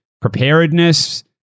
preparedness